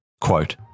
Quote